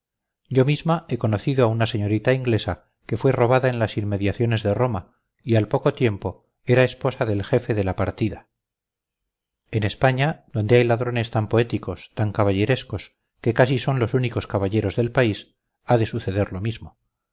yo misma he conocido a una señorita inglesa que fue robada en las inmediaciones de roma y al poco tiempo era esposa del jefe de la partida en españa donde hay ladrones tan poéticos tan caballerescos que casi son los únicos caballeros del país ha de suceder lo mismo